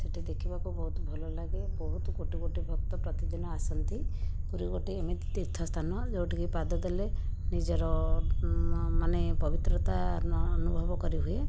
ସେଠି ଦେଖିବାକୁ ବହୁତ ଭଲଲାଗେ ବହୁତ କୋଟି କୋଟି ଭକ୍ତ ପ୍ରତିଦିନ ଆସନ୍ତି ପୁରୀ ଗୋଟିଏ ଏମିତି ତୀର୍ଥ ସ୍ଥାନ ଯେଉଁଠିକି ପାଦ ଦେଲେ ନିଜର ମାନେ ପବିତ୍ରତା ଅନୁଭବ କରିହୁଏ